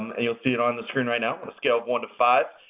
um and you'll see it on the screen right now. on a scale of one to five,